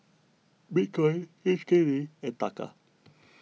Bitcoin H K D and Taka